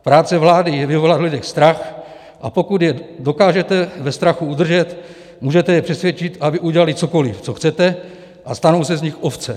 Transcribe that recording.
Práce vlády je vyvolat v lidech strach, a pokud je dokážete ve strachu udržet, můžete je přesvědčit, aby udělali cokoli, co chcete, a stanou se z nich ovce.